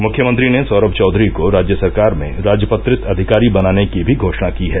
मुख्यमंत्री ने सौरभ चौधरी को राज्य सरकार में राजपत्रित अधिकारी बनाने की भी घोषणा की है